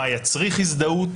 מה יצריך הזדהות,